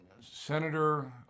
Senator